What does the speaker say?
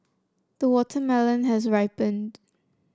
the watermelon has ripened